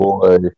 Boy